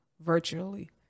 virtually